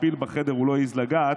בפיל בחדר הוא לא העז לגעת: